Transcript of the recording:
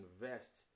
invest